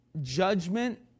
judgment